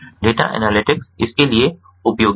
तो data analytics इसके लिए उपयोगी हैं